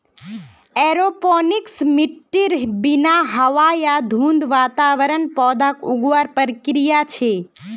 aeroponics मिट्टीर बिना हवा या धुंध वातावरणत पौधाक उगावार प्रक्रिया छे